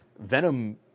Venom